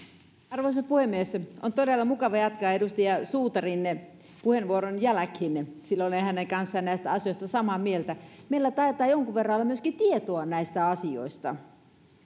puhemies on todella mukava jatkaa edustaja suutarin puheenvuoron jälkeen sillä olen hänen kanssaan näistä asioista samaa mieltä meillä taitaa jonkun verran olla myöskin tietoa näistä asioista